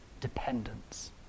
dependence